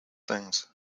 things